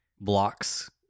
blocks